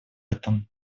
этом